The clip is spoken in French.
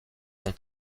ont